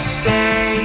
say